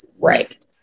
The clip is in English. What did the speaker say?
right